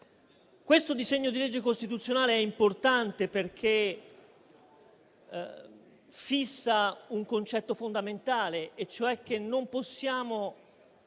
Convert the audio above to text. Questo disegno di legge costituzionale è importante, perché fissa un concetto fondamentale, e cioè che non possiamo